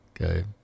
Okay